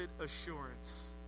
assurance